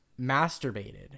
masturbated